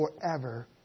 forever